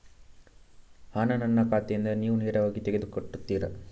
ಹಣ ನನ್ನ ಖಾತೆಯಿಂದ ನೀವು ನೇರವಾಗಿ ತೆಗೆದು ಕಟ್ಟುತ್ತೀರ?